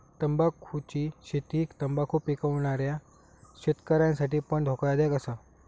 तंबाखुची शेती तंबाखु पिकवणाऱ्या शेतकऱ्यांसाठी पण धोकादायक असा